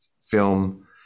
film